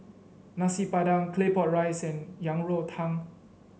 Nasi Padang Claypot Rice and Yang Rou Tang